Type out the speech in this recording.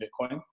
Bitcoin